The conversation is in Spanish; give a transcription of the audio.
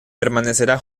permanecerá